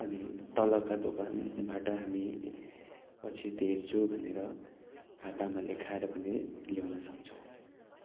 अनि तलका दोकानबाट हामी पछि तिर्छु भनेर खातामा लेखाएर पनि ल्याउनसक्छौँ